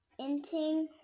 inting